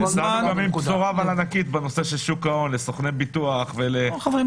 --- בשורה ענקית בנושא של שוק ההון לסוכני ביטוח --- חבר'ה,